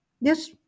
yes